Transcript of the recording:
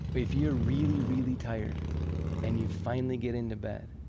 if you're really, really tired and you finally get into bed,